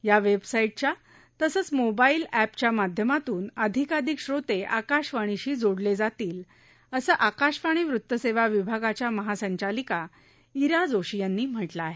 या वेबसाईटच्या तसंच मोबाईल अप्रिया माध्यमातून अधिकाधिक श्रोते आकाशवाणीशी जोडले जातील असं आकाशवाणी वृत्तसेवा विभागाच्या महासंचालिका इरा जोशी यांनी म्हटलं आहे